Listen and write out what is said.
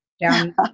down